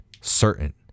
certain